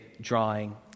drawing